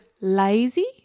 lazy